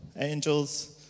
angels